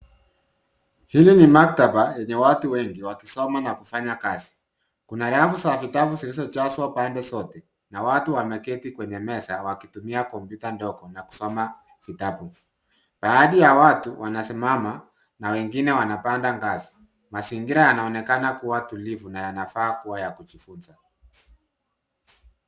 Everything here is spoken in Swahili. Hili ni maktaba yenye watu wengi wakisoma na kufanya kazi. Kuna rafu za vitabu zilizojazwa pande zote na watu wameketi kwenye meza wakitumia kompyuta ndogo na kusoma vitabu. Baadhi ya watu wanasimama na wengine wanapanda ngazi. Mazingira yanaonekana kuwa tulivu na yanafaa kuwa ya kujifunza.